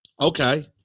Okay